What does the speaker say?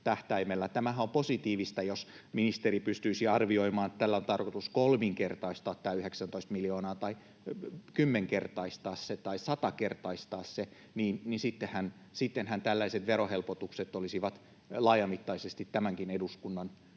Tämähän on positiivista, jos ministeri pystyisi arvioimaan, että tällä on tarkoitus kolminkertaistaa tämä 19 miljoonaa tai kymmenkertaistaa se, tai satakertaistaa se, ja sittenhän tällaiset verohelpotukset olisivat laajamittaisesti tämänkin eduskunnan